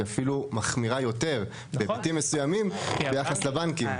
אפילו מחמירה יותר בהיבטים מסוימים ביחס לבנקים.